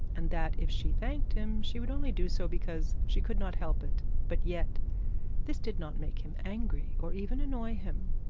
and that if she thanked him she would only do so because she could not help it but yet this did not make him angry or even annoy him.